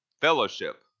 Fellowship